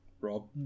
Rob